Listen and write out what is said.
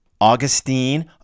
Augustine